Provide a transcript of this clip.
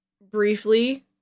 briefly